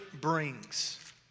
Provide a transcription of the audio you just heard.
brings